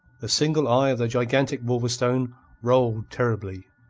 the single eye of the gigantic wolverstone rolled terribly,